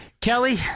kelly